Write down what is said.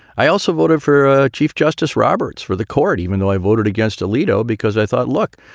i also voted for chief justice roberts for the court, even though i voted against alito, because i thought, look,